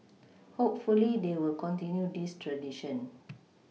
hopefully they will continue this tradition